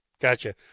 Gotcha